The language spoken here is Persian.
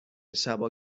شبا